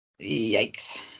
Yikes